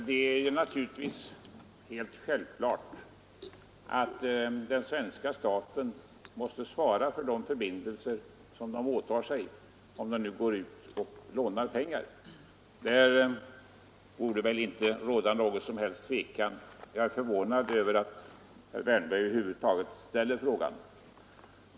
Fru talman! Det är helt självklart att den svenska staten måste svara för de förbindelser som den åtar sig om den nu går ut och lånar pengar. Det borde väl inte råda något som helst tvivel om det. Jag är förvånad över att herr Wärnberg över huvud taget ställer frågan.